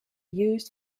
used